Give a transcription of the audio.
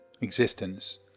existence